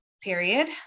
period